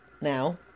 now